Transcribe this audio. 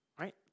right